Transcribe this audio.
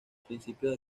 principios